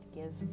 give